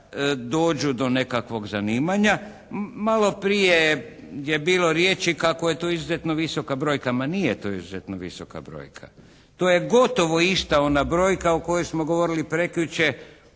dođu do nekakvog zanimanja. Maloprije je bilo riječi kako je to izuzetno visoka brojka. Ma nije to izuzetno visoka brojka. To je gotovo ista ona brojka o kojoj smo govorili prekjučer